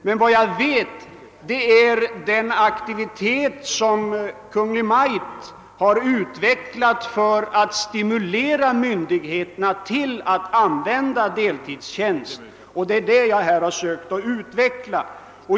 Men vad jag vet är att Kungl. Maj:t har utvecklat stor aktivitet för att stimulera myndigheterna till att använda anställningsformen deltidstjänst, och det är detta som jag har försökt utveckla.